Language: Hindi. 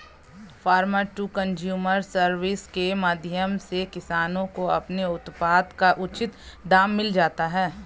फार्मर टू कंज्यूमर सर्विस के माध्यम से किसानों को अपने उत्पाद का उचित दाम मिल जाता है